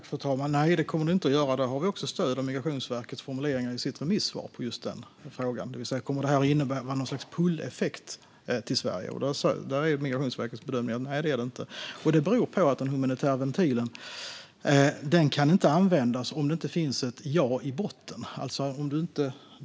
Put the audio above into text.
Fru talman! Nej, det kommer det inte att göra. Där har vi också stöd i Migrationsverkets formuleringar i sitt remissvar. Kommer det här att innebära något slags pull-effekt till Sverige? Där är Migrationsverkets bedömning att det inte är så. Det beror på att den humanitära ventilen inte kan användas om det inte finns ett ja i botten.